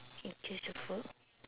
can choose the food